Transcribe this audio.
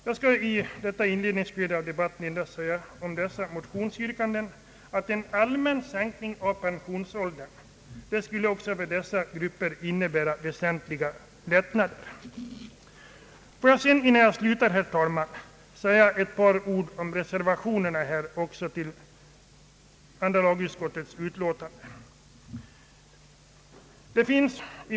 Jag skall i detta inledningsskede i debatten endast säga om dessa motionsyrkanden att en allmän sänkning av pensionsåldern också för dessa grupper skulle innebära väsentliga lättnader. Innan jag slutar vill jag, herr talman, säga ett par ord om reservationerna till utskottets utlåtande.